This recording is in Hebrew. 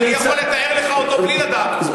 אני יכול לתאר לך אותו בלי לדעת אותו.